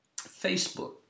Facebook